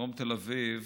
בדרום תל אביב